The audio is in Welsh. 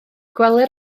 gweler